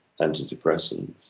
antidepressants